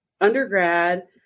undergrad